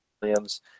Williams